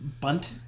bunt